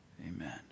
Amen